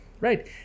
Right